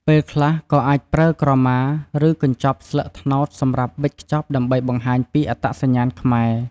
ពេលខ្លះក៏អាចប្រើក្រមា ឬកញ្ចប់ស្លឹកត្នោតសម្រាប់វេចខ្ចប់ដើម្បីបង្ហាញពីអត្តសញ្ញាណខ្មែរ។